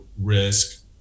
risk